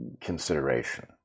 consideration